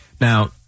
Now